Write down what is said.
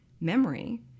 memory